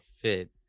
fit